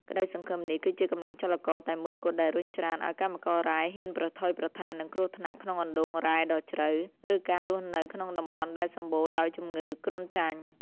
ក្តីសង្ឃឹមនេះគឺជាកម្លាំងចលករតែមួយគត់ដែលរុញច្រានឱ្យកម្មកររ៉ែហ៊ានប្រថុយប្រថាននឹងគ្រោះថ្នាក់ក្នុងអណ្តូងរ៉ែដ៏ជ្រៅ ឬការរស់នៅក្នុងតំបន់ដែលសម្បូរដោយជំងឺគ្រុនចាញ់។